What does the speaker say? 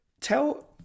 tell